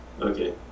okay